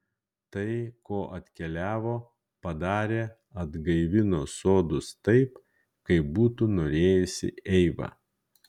tai ko atkeliavo padarė atgaivino sodus taip kaip būtų norėjusi eiva